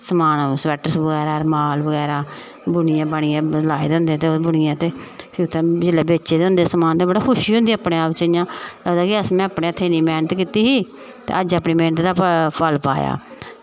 समान स्वेटर बगैरा रमाल बगैरा बुनियै बानियै लाए दे होंदे ते ओह् उत्थें जेल्लै बेचने होने समान ते बड़ी खुशी होंदी अपने आप च इ'यां मतलब कि में अपने हत्थें इ'न्नी मैह्नत कीती ही ते अज्ज अपनी मैह्नत दा फल पाया